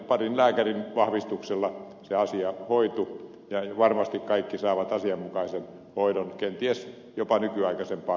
parin lääkärin vahvistuksella se asia hoitui ja varmasti kaikki saavat asianmukaisen hoidon kenties jopa nykyaikaisempaa hoitoa kuin heinolassa